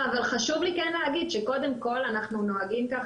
חשוב לי כן להגיד שקודם כל אנחנו נוהגים כך